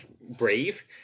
brave